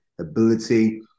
ability